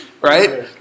right